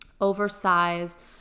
oversized